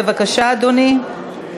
בבקשה, אדוני.